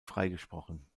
freigesprochen